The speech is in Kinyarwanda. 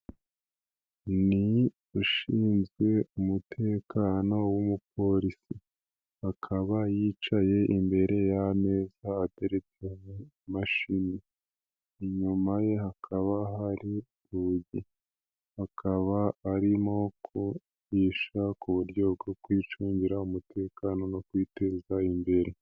Ni ushinzwe umutekano w'umupolisi akaba yicaye imbere y'ameza atereretseho imashini, inyuma ye hakaba hari urugi akaba arimo kwigisha uburyo bwo kwicungira umutekano no kwiteza imbere.